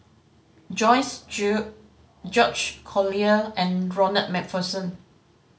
Joyce Jue George Collyer and Ronald Macpherson